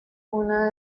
una